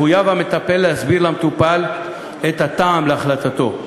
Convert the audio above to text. מחויב המטפל להסביר למטופל את הטעם להחלטתו,